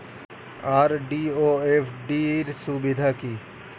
RD ও FD র সুবিধা কি?